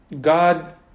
God